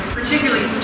particularly